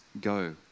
go